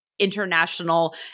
International